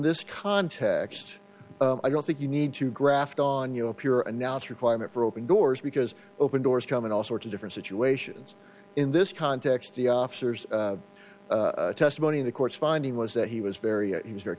this context i don't think you need to graft on you know pure announce requirement for open doors because open doors come in all sorts of different situations in this context the officers testimony the courts finding was that he was very he was very